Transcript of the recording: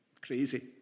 Crazy